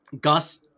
Gus